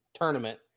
tournament